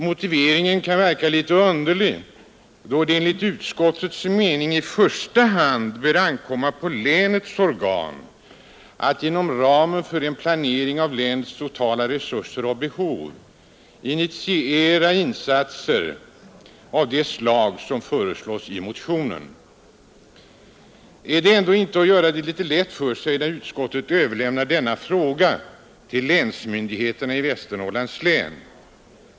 Motiveringen kan verka litet underlig, då det ”enligt utskottets mening i första hand bör ankomma på länets organ att inom ramen för en planering av länets totala resurser och behov initiera insatser av det slag som föreslås i motionen”. Är det ändå inte att göra det litet lätt för sig när utskottet överlämnar denna fråga till länsmyndigheterna i Västernorrlands län.